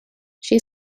she